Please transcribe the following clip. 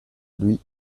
lui